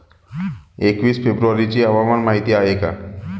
एकवीस फेब्रुवारीची हवामान माहिती आहे का?